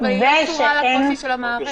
אבל היא לא קשורה לקושי של המערכת.